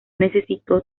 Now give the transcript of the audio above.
necesitó